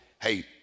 hey